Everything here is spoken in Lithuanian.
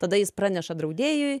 tada jis praneša draudėjui